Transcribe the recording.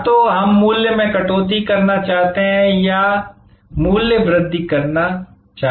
या तो हम मूल्य में कटौती शुरू करना चाहते हैं या हम मूल्य वृद्धि शुरू करना चाहते हैं